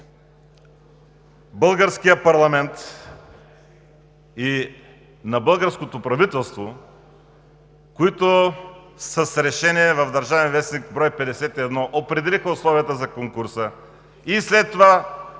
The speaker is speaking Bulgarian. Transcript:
българския парламент и на българското правителство, които с решение в „Държавен вестник“, брой 51, определиха условията за конкурса и след това